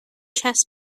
chess